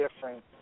different